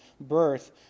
birth